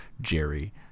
Jerry